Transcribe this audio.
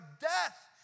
death